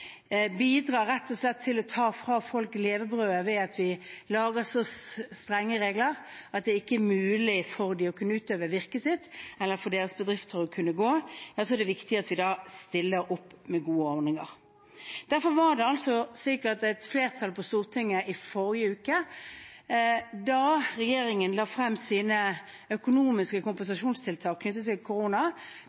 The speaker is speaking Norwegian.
bidrar til å ta levebrødet fra folk ved at vi lager så strenge regler at det ikke er mulig for dem å kunne utøve virket sitt, eller for deres bedrifter å kunne gå rundt, er det viktig at vi stiller opp med gode ordninger. Derfor ga et flertall på Stortinget i forrige uke, da regjeringen la frem sine økonomiske kompensasjonstiltak knyttet til